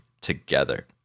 together